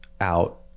out